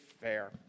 fair